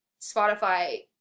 Spotify